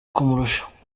kumurusha